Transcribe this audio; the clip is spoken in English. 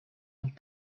and